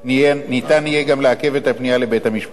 יהיה אפשר לעכב גם את הפנייה לבית-המשפט.